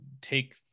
take